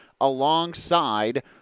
alongside